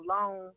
alone